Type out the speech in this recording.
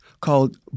called